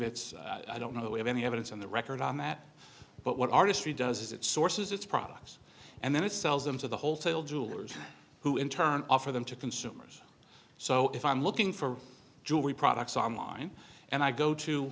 it's i don't know that we have any evidence on the record on that but what artistry does is it sources its products and then it sells them to the wholesale jewelers who in turn offer them to consumers so if i'm looking for jewelry products online and i go to